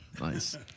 Nice